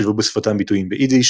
שילבו בשפתם ביטויים ביידיש,